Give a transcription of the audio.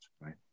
right